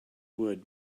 would